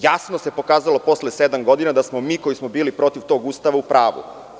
Jasno se pokazalo posle sedam godina da smo mi koji smo bili protiv tog Ustava u pravu.